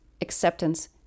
acceptance